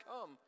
come